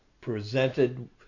presented